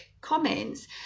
comments